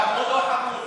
מתוק או חמוץ?